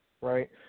right